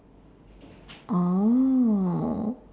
oh